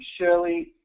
Shirley